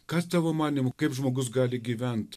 kas tavo manymu kaip žmogus gali gyvent